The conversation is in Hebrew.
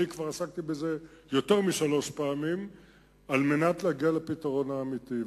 אני כבר עסקתי בזה יותר משלוש פעמים על מנת להגיע לפתרון האמיתי,